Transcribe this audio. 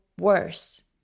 worse